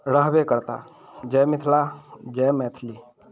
रहबे करता जय मिथिला जय मैथिली